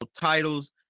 titles